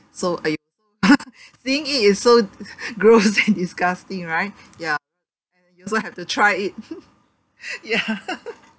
so I seeing it is so gross and disgusting right ya and then you also have to try it ya